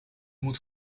moet